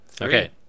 okay